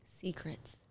Secrets